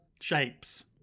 shapes